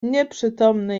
nieprzytomny